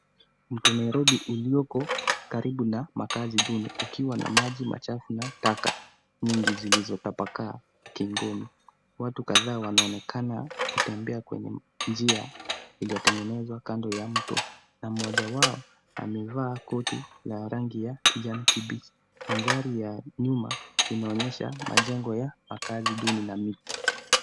Mto Nairobi ulioko karibu na makazi duni, ukiwa ma maji machafu na taka nyingi zilizotapakaa ukingoni. Watu kadhaa wanaonekana kutembea kwenye njia iliyotengenezwa kando ya mto na mmoja wao amevaa koti la rangi ya kijani kibichi. Mandhari ya nyuma inaonyesha majengo ya makazi duni na miti.